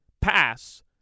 pass